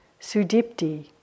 Sudipti